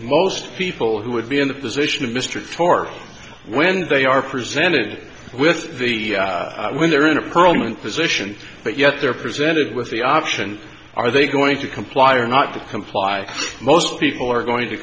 most people who would be in the position of mr thorpe when they are presented with the when they're in a permanent position but yet they're presented with the option are they going to comply or not to comply most people are going to